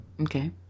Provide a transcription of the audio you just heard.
Okay